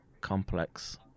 complex